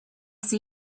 see